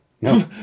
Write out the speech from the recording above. No